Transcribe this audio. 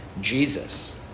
Jesus